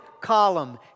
column